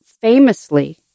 famously